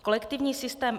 Kolektivní systém